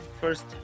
first